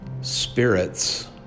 spirits